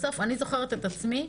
אני זוכרת את עצמי,